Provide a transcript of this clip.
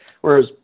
Whereas